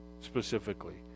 specifically